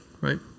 right